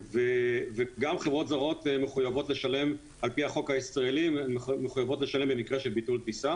גם חברות זרות מחויבות לשלם על-פי החוק הישראלי במקרה של ביטול טיסה